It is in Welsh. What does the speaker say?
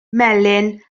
melyn